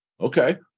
Okay